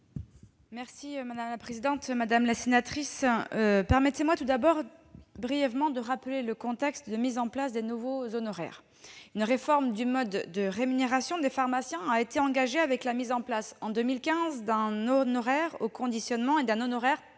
est à Mme la secrétaire d'État. Madame la sénatrice, permettez-moi tout d'abord de rappeler brièvement le contexte de mise en place de ces nouveaux honoraires. Une réforme du mode de rémunération des pharmaciens a été engagée avec la mise en place, en 2015, d'un honoraire au conditionnement et d'un honoraire pour